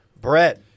Brett